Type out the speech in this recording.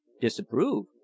Disapprove